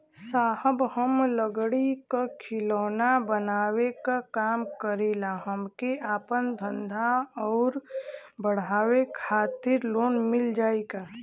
साहब हम लंगड़ी क खिलौना बनावे क काम करी ला हमके आपन धंधा अउर बढ़ावे के खातिर लोन मिल जाई का?